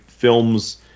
Films